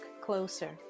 closer